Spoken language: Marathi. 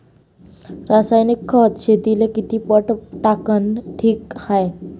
रासायनिक खत शेतीले किती पट टाकनं ठीक हाये?